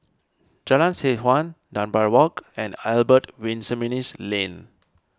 Jalan Seh Chuan Dunbar Walk and Albert Winsemius Lane